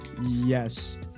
Yes